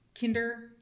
kinder